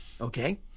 Okay